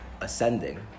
ascending